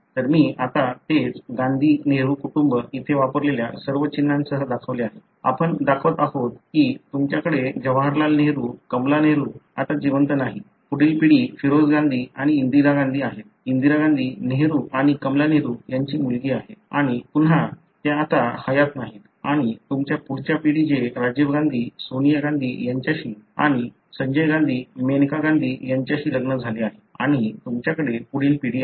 तर मी आता तेच गांधी नेहरू कुटुंब इथे वापरलेल्या सर्व चिन्हांसह दाखवले आहे आपण दाखवत आहोत की तुमच्याकडे जवाहरलाल नेहरू कमला नेहरू आता जिवंत नाहीत पुढील पिढी फिरोज गांधी आणि इंदिरा गांधी आहेत इंदिरा गांधी नेहरू आणि कमला नेहरू यांची मुलगी आहेत आणि पुन्हा त्या आता हयात नाहीत आणि तुमच्या पुढच्या पिढीचे राजीव गांधी सोनिया यांच्याशी आणि संजय गांधी मेनका गांधी यांच्याशी लग्न झाले आहे आणि तुमच्याकडे पुढील पिढी आहे